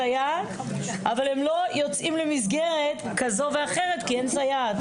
סייעת אבל הם לא יוצאים למסגרת כי אין סייעת,